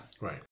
Right